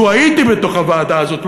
לו הייתי בתוך הוועדה הזאת,